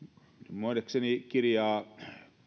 minun nähdäkseni kirjaa